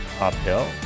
uphill